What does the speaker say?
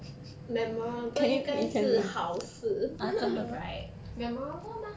memorable 应该是好事 right memorable mah